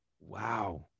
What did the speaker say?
Wow